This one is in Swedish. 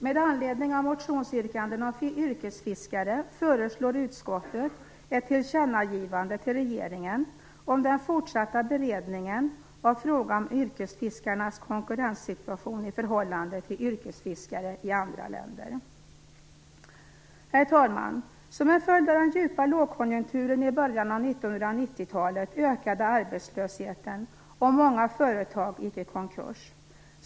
Med anledning av motionsyrkanden om yrkesfiskare föreslår utskottet ett tillkännagivande till regeringen om den fortsatta beredningen av frågan om yrkesfiskarnas konkurrenssituation i förhållande till yrkesfiskare i andra länder. Herr talman! Som en följd av den djupa lågkonjunkturen i början av 1990-talet ökade arbetslösheten och många företag gick i konkurs.